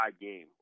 game